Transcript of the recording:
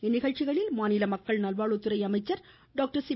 இந்நிகழ்ச்சிகளில் மாநில மக்கள் நல்வாழ்வுத்துறை அமைச்சர் டாக்டர் சி